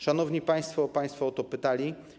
Szanowni państwo, państwo o to pytali.